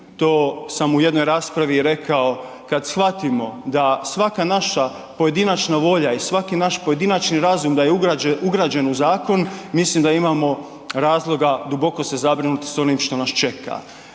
to sam u jednoj raspravi i rekao, kada shvatimo da svaka naša pojedinačna volja i svaki naš pojedinačni razum da je ugrađen u zakon mislim da imamo razloga duboko se zabrinuti s onim što nas čeka.